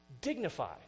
dignified